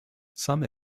some